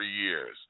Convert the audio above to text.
years